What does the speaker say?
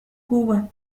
cuba